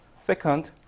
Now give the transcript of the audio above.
Second